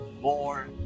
more